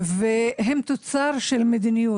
והם תוצר של מדיניות.